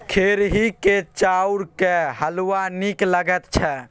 खेरहीक चाउरक हलवा नीक लगैत छै